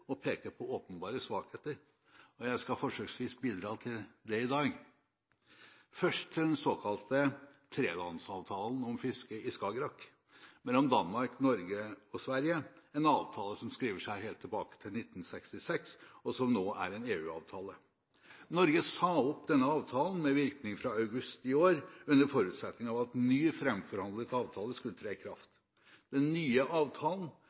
på åpenbare svakheter. Jeg skal forsøksvis bidra til det i dag. Først til den såkalte trelandsavtalen om fiske i Skagerrak mellom Danmark, Norge og Sverige – en avtale som skriver seg helt tilbake til 1966, og som nå er en EU-avtale. Norge sa opp denne avtalen med virkning fra august i år under forutsetning av at ny framforhandlet avtale skulle tre i kraft. Den nye avtalen